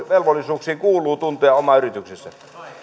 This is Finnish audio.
velvollisuuksiin kuuluu tuntea oma yrityksensä